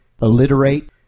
alliterate